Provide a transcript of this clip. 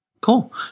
Cool